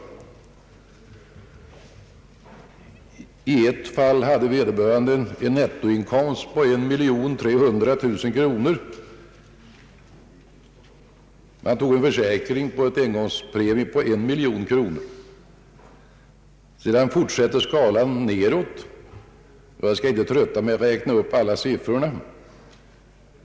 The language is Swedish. I ett fall hade vederbörande en nettoinkomst på 1 300 000 kronor och tog en försäkring med en engångspremie på 1 miljon kronor. Sedan sjunker skalan, och jag skall inte trötta med att räkna upp alla siffrorna.